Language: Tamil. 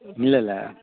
இல்லல்லை